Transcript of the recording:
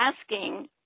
asking